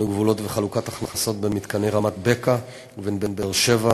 שינוי גבולות וחלוקת הכנסות בין מתקני רמת-בקע ובין באר-שבע,